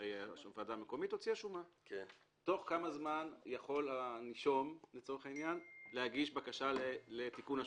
תוך כמה זמן יכול הנישום להגיש בקשה לתיקון השומה?